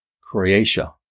Croatia